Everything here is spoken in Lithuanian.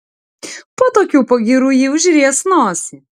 po tokių pagyrų ji užries nosį